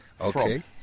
Okay